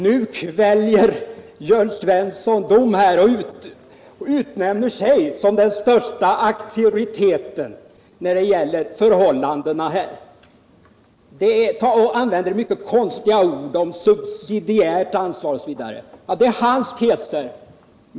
Nu kväljer Jörn Svensson dom och utnämner sig till den störste auktoriteten på detta område. Han använder konstiga uttryck som subsidiärt ansvar osv. Det är hans teser.